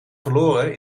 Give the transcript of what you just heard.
verloren